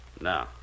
No